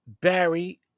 Barry